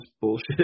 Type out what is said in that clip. bullshit